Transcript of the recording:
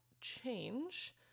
change